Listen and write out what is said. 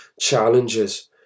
challenges